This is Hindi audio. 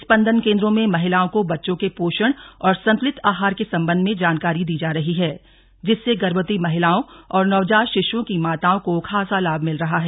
स्पंदन केंद्रो में महिलाओं को बच्चों के पोषण और संतुलित आहार के संबध में जानकारी दी जा रही है जिससे गर्भवती महिलाओं और नवजात शिशुओं की माताओं को खासा लाभ मिल रहा है